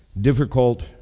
difficult